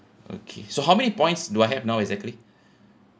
okay so how many points do I have now exactly